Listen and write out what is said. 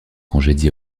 congédié